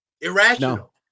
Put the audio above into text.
Irrational